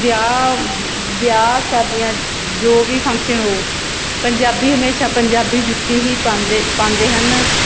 ਵਿਆਹ ਵਿਆਹ ਸ਼ਾਦੀਆਂ ਜੋ ਵੀ ਫੰਕਸ਼ਨ ਹੋਊ ਪੰਜਾਬੀ ਹਮੇਸ਼ਾ ਪੰਜਾਬੀ ਜੁੱਤੀ ਹੀ ਪਾਉਂਦੇ ਪਾਉਂਦੇ ਹਨ